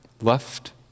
left